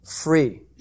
free